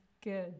good